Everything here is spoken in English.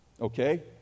okay